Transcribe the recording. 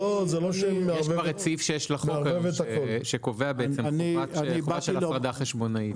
יש את סעיף 6 לחוק שקובע חובה של הפרדה חשבונאית.